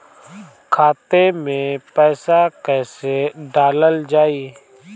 खाते मे पैसा कैसे डालल जाई?